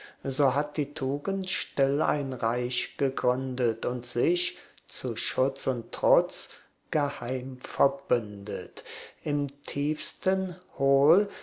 so hat die tugend still ein reich gegründet und sich zu schutz und trutz geheim verbündet im tiefsten hohl